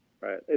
Right